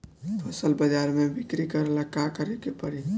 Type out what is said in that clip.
फसल बाजार मे बिक्री करेला का करेके परी?